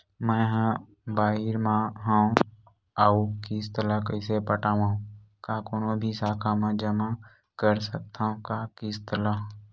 मैं हा बाहिर मा हाव आऊ किस्त ला कइसे पटावव, का कोनो भी शाखा मा जमा कर सकथव का किस्त ला?